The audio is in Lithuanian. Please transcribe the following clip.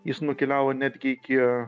jis nukeliavo netgi iki